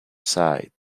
site